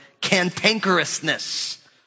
cantankerousness